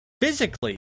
physically